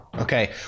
Okay